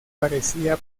parecía